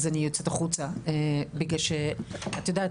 אז אני יוצאת החוצה בגלל שאת יודעת,